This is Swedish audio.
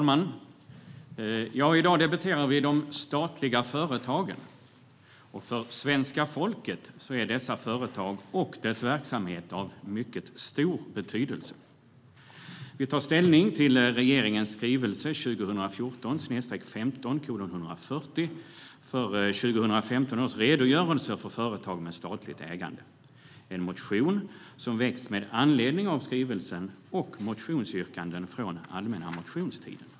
Herr talman! I dag debatterar vi de statliga företagen. För svenska folket är dessa företag och deras verksamhet av mycket stor betydelse. Vi tar ställning till regeringens skrivelse 2014/15:140 för 2015 års redogörelse för företag med statligt ägande, en motion som väckts med anledning av skrivelsen och motionsyrkanden från allmänna motionstiden.